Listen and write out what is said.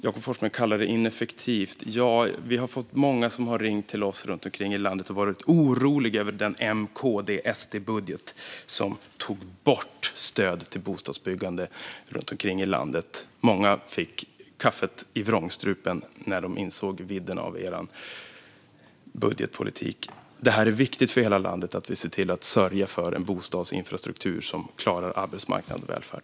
Jakob Forssmed kallar det ineffektivt, men det är många som har ringt till oss från hela landet och varit oroliga över den M-KD-SD-budget som tog bort stödet till bostadsbyggande runt om i landet. Många fick kaffet i vrångstrupen när de insåg vidden av er budgetpolitik. Det är viktigt för hela landet att vi ser till att sörja för en bostadsinfrastruktur som klarar arbetsmarknad och välfärd.